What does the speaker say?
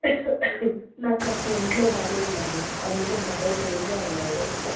నాకు కాస్త ఒంట్లో బాగలేదు మేడం అందుకని మా అబ్బాయి తోడుగా ఉన్నాడు